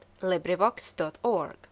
LibriVox.org